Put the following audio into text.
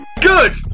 Good